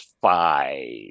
five